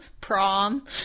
prom